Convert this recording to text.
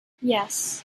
yes